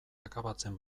akabatzen